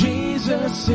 Jesus